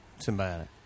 Symbiotic